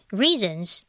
reasons